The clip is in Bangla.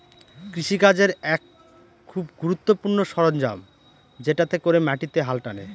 কৃষি কাজের এক খুব গুরুত্বপূর্ণ সরঞ্জাম যেটাতে করে মাটিতে হাল টানে